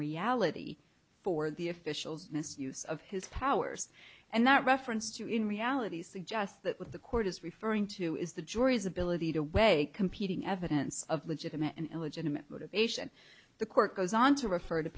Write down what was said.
reality for the official's misuse of his powers and that reference to in reality suggests that what the court is referring to is the jury's ability to weigh competing evidence of legitimate and illegitimate motivation the court goes on to refer to